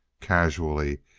casually,